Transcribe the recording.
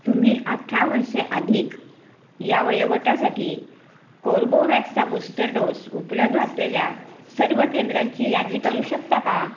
तुम्ही अठरा वर्षे अधिक या वयोगटासाठी कोर्बोवॅक्सचा बूस्टर डोस उपलब्ध असलेल्या सर्व केंद्रांची यादी करू शकता का